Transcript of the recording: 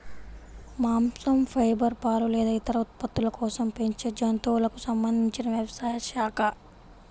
మాంసం, ఫైబర్, పాలు లేదా ఇతర ఉత్పత్తుల కోసం పెంచే జంతువులకు సంబంధించిన వ్యవసాయ శాఖ